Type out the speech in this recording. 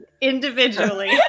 individually